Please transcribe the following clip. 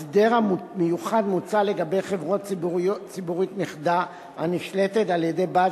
הסדר מיוחד מוצע לגבי חברה ציבורית נכדה הנשלטת על-ידי בעל